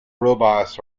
robots